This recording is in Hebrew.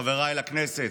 חבריי לכנסת,